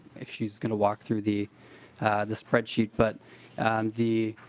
she's going to walk through the the spreadsheet but the